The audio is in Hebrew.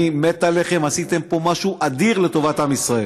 אני מת עליכם, עשיתם פה משהו אדיר לטובת עם ישראל,